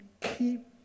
keep